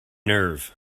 nerve